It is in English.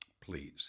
please